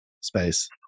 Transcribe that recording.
space